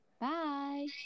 bye